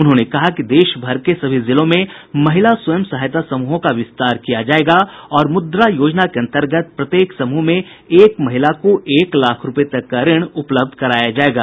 उन्होंने कहा कि देश भर के सभी जिलों में महिला स्वयं सहायता समूहों का विस्तार किया जायेगा और मुद्रा योजना के अंतर्गत प्रत्येक समूह में एक महिला को एक लाख रूपये तक का ऋण उपलब्ध कराया जायेगा